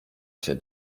się